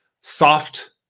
soft